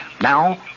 Now